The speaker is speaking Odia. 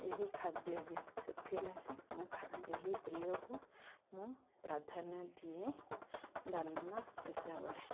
ଏହି ଖାଦ୍ୟ ବି ସେଥିଲାଗି ମୁଁ ଏହି ପ୍ରିୟକୁ ମୁଁ ପ୍ରାଧାନ୍ୟ ଦିଏ ଡାଲମା ହିସାବରେ